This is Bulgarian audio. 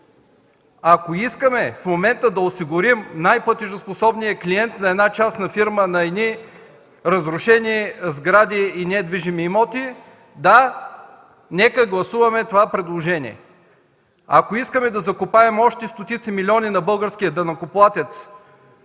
Ако искаме в момента да осигурим най-платежоспособния клиент на една частна фирма, на едни разрушени сгради и недвижими имоти, да, нека гласуваме това предложение. Ако искаме да закопаем още стотици милиони на българския данъкоплатец